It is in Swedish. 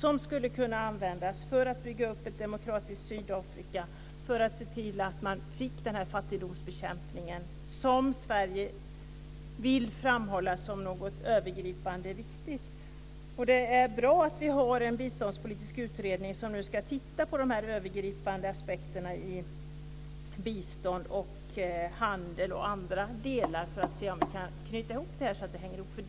som hade kunnat användas för att bygga upp ett demokratiskt Sydafrika och för att se till att man fick den fattigdomsbekämpning som Sverige vill framhålla som något övergripande viktigt. Det är bra att vi har en biståndspolitisk utredning som nu ska titta på de övergripande aspekterna inom bistånd, handel och andra delar för att se om vi kan knyta ihop detta så att det hänger ihop.